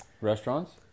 restaurants